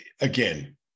again